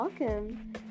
Welcome